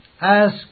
Ask